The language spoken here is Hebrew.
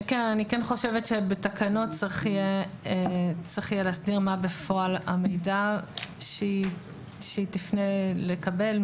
אני חושבת שבתקנות צריך יהיה להסדיר מה בפועל המידע שהיא תפנה לקבל,